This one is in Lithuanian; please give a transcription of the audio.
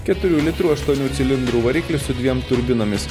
keturių litrų aštuonių cilindrų variklis su dviem turbinomis